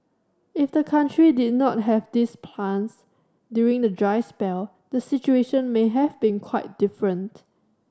if the country did not have these plants during the dry spell the situation may have been quite different